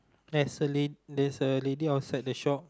there's a la there's a lady outside the shop